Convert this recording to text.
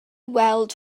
weld